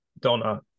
donna